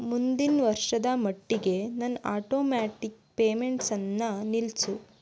ಮುಂದಿನ ವರ್ಷದ ಮಟ್ಟಿಗೆ ನನ್ನ ಆಟೋ ಮ್ಯಾಟಿಕ್ ಪೇಮೆಂಟ್ಸನ್ನು ನಿಲ್ಲಿಸು